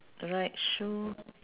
right shoe